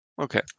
okay